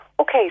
Okay